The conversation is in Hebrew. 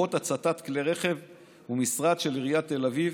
לרבות הצתת כלי רכב ומשרד של עיריית תל אביב